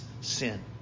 sin